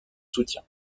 soutien